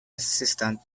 assistant